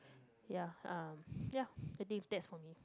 ya uh ya I think that's for me